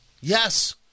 yes